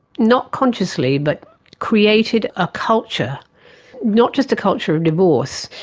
not consciously, but created a culture not just a culture of divorce,